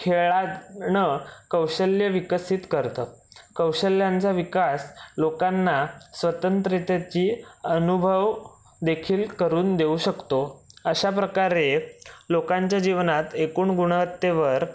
खेळ णं कौशल्य विकसित करतं कौशल्यांचा विकास लोकांना स्वतंत्रतेची अनुभव देखील करून देऊ शकतो अशा प्रकारे लोकांच्या जीवनात एकूण गुणवत्तेवर